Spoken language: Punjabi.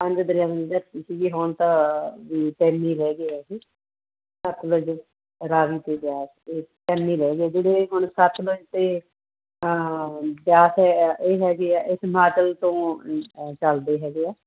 ਪੰਜ ਦਰਿਆਵਾਂ ਦੀ ਧਰਤੀ ਸੀਗੀ ਹੁਣ ਤਾਂ ਵੀ ਤਿੰਨ ਹੀ ਰਹਿ ਗਏ ਇੱਥੇ ਸਤਲੁਜ ਰਾਵੀ ਅਤੇ ਬਿਆਸ ਇਹ ਤਿੰਨ ਹੀ ਰਹਿਗੇ ਜਿਹੜੇ ਹੁਣ ਸਤਲੁਜ ਅਤੇ ਬਿਆਸ ਹੈ ਇਹ ਹੈਗੇ ਹੈ ਇਹ ਹਿਮਾਚਲ ਤੋਂ ਚਲਦੇ ਹੈਗੇ ਹੈ